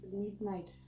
midnight